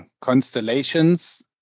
constellations